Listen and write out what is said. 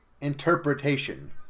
interpretation